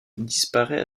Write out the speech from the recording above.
disparaît